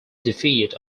defeat